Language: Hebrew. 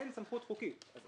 אין סמכות חוקית.